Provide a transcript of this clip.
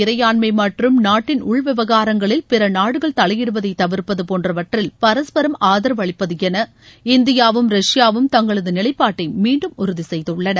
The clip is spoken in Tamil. இறையாண்மை மற்றும் நாட்டின் உள்விவகாரங்களில் பிற நாடுகள் தலையிடுவதை தவிர்ப்பது போன்றவற்றில் பரஸ்பரம் ஆதரவு அளிப்பது என இந்தியாவும் ரஷ்யாவும் தங்களது நிலைப்பாட்டை மீண்டும் உறுதி செய்துள்ளன